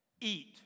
eat